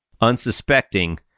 Unsuspecting